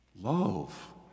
Love